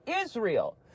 Israel